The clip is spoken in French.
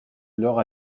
leur